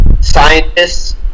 scientists